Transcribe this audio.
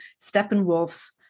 Steppenwolf's